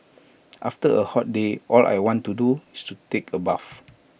after A hot day all I want to do is to take A bath